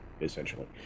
essentially